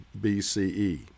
BCE